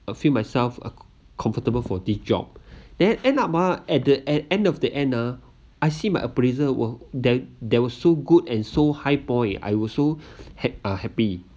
I feel myself uncomfortable for this job that end up ah at the e~ end of the end ah I see my appraisal were there there was so good and so high point I was so hap~ uh happy